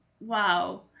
wow